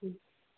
ꯎꯝ